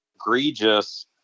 egregious